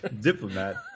Diplomat